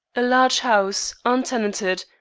a large house, untenanted,